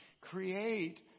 Create